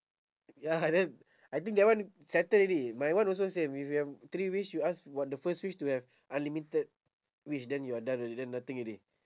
ya then I think that one settle already my one also same if you have three wish you ask for the first wish to have unlimited wish then you are done already then nothing already